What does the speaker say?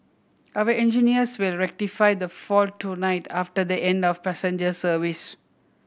our engineers will rectify the fault tonight after the end of passenger service